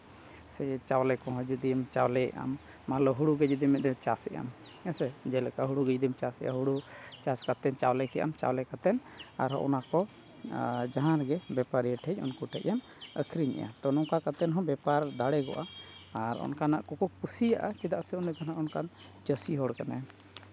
ᱥᱮ ᱪᱟᱣᱞᱮ ᱠᱚᱦᱚᱸ ᱡᱩᱫᱤᱢ ᱪᱟᱣᱞᱮᱭᱮᱜᱼᱟ ᱢᱟᱱᱞᱳ ᱦᱳᱲᱳ ᱜᱮ ᱡᱩᱫᱤ ᱢᱤᱫ ᱫᱷᱟᱣ ᱪᱟᱥᱮᱜ ᱟᱢ ᱦᱮᱸ ᱥᱮ ᱡᱮ ᱞᱮᱠᱟ ᱦᱳᱲᱳ ᱜᱮ ᱡᱩᱫᱤᱢ ᱪᱟᱥᱮᱜᱼᱟ ᱦᱳᱲᱳ ᱪᱟᱥ ᱠᱟᱛᱮ ᱪᱟᱣᱞᱮ ᱠᱮᱜ ᱟᱢ ᱪᱟᱣᱞᱮ ᱠᱟᱛᱮ ᱟᱨᱦᱚᱸ ᱚᱱᱟ ᱠᱚ ᱡᱟᱦᱟᱸ ᱜᱮ ᱵᱮᱯᱟᱨᱤᱭᱟᱹ ᱴᱷᱮᱡ ᱩᱱᱠᱩ ᱴᱷᱮᱡ ᱮᱢ ᱟᱹᱠᱷᱨᱤᱧᱮᱜᱼᱟ ᱛᱳ ᱱᱚᱝᱠᱟ ᱠᱟᱛᱮ ᱦᱚᱸ ᱵᱮᱯᱟᱨ ᱫᱟᱲᱮᱭᱟᱜᱼᱟ ᱟᱨ ᱚᱱᱠᱟᱱᱟᱜ ᱠᱚᱠᱚ ᱠᱩᱥᱤᱭᱟᱜᱼᱟ ᱪᱮᱫᱟᱜ ᱥᱮ ᱩᱱᱤ ᱫᱚ ᱦᱟᱸᱜ ᱚᱱᱠᱟᱱ ᱪᱟᱹᱥᱤ ᱦᱚᱲ ᱠᱟᱱᱟᱭ